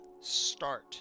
start